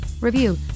review